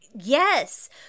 Yes